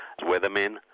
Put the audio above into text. weathermen